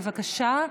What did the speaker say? בבקשה.